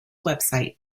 website